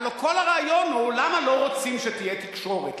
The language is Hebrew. הלוא כל הרעיון הוא, למה לא רוצים שתהיה תקשורת?